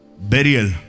burial